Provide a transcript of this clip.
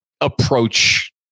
approach